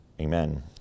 Amen